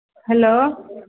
hello